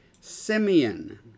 Simeon